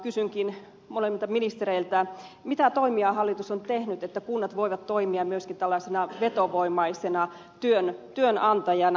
kysynkin molemmilta ministereiltä mitä toimia hallitus on tehnyt että kunnat voivat toimia myöskin tällaisena vetovoimaisena työnantajana